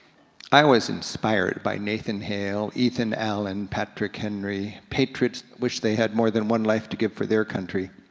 i was inspired by nathan hale, ethan allen, patrick henry, patriots which they had more than one life to give for their country.